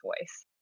voice